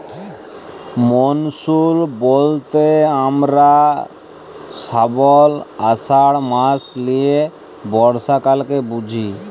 monsoon ব্যলতে হামরা শ্রাবল, আষাঢ় মাস লিয়ে বর্ষাকালকে বুঝি